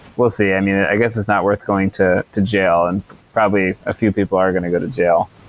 we'll see. i mean, i guess it's not worth going to to jail and probably a few people are going to go to jail.